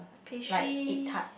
pastry